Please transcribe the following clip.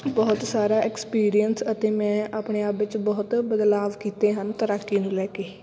ਬਹੁਤ ਸਾਰਾ ਐਕਸਪੀਰੀਅੰਸ ਅਤੇ ਮੈਂ ਆਪਣੇ ਆਪ ਵਿੱਚ ਬਹੁਤ ਬਦਲਾਵ ਕੀਤੇ ਹਨ ਤੈਰਾਕੀ ਨੂੰ ਲੈ ਕੇ